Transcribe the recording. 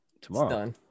Tomorrow